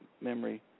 memory